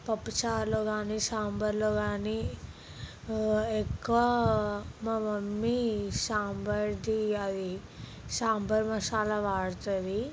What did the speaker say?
పప్పుచారులో కానీ సాంబార్లో కానీ ఎక్కువ మా మమ్మీ సాంబార్ది అది సాంబార్ మసాలా వాడుతుంది